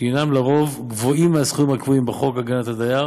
שעל פי רוב הם גבוהים מהסכומים הקבועים בחוק הגנת הדייר,